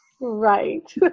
Right